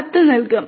0 നൽകും